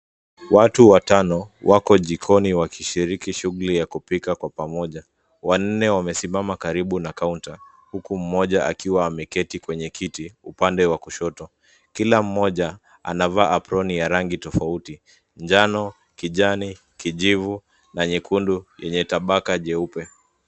Watu watano wako jikoni wakishiriki shughuli ya kupika kwa pamoja. Wannne wamesimama karibu na kaunta, huku mmoja akiwa ameketi kwenye kiti upande wa kushoto. Kila mmoja anavaa aproni ya rangi tofauti, njano, kijani, kijivu na nyekundu lenye tabaka nyeupe.